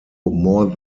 more